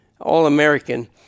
All-American